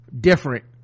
different